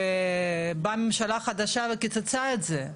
ובאה ממשלה חדשה וקיצצה את זה.